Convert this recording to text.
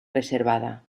reservada